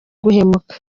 guhemuka